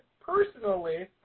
personally